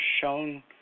shown